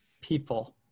people